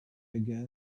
again